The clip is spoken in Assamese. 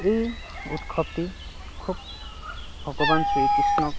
এই উৎসৱটি খুব ভগৱান শ্ৰীকৃষ্ণক